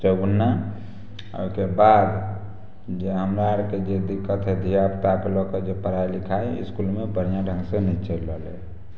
चौगुना ओहिके बाद जे हमरा आरके जे दिक्कत हइ धिआपुताके लऽ कऽ जे पढ़ाइ लिखाइ इसकुलमे बढ़िआँ ढङ्ग से नहि चलि रहलै